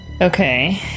Okay